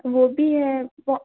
वो भी है वो